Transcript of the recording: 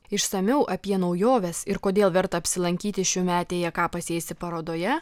išsamiau apie naujoves ir kodėl verta apsilankyti šiųmetėje ką pasėsi parodoje